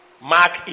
Mark